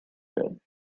good